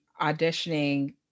auditioning